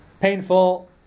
painful